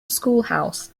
schoolhouse